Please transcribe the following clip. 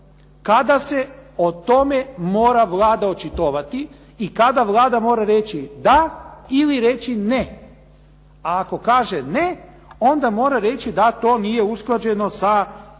kada se o tome mora Vlada očitovati i kada Vlada mora reći da ili reći ne. A ako kaže ne, onda mora reći da to nije usklađeno sa Ustavom